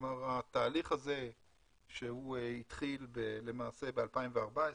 כלומר התהליך הזה שהתחיל ב-2013,